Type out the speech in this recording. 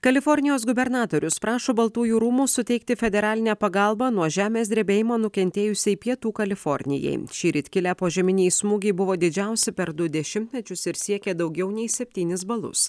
kalifornijos gubernatorius prašo baltųjų rūmų suteikti federalinę pagalbą nuo žemės drebėjimo nukentėjusiai pietų kalifornijai šįryt kilę požeminiai smūgiai buvo didžiausi per du dešimtmečius ir siekė daugiau nei septynis balus